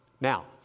Now